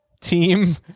Team